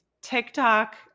TikTok